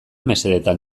mesedetan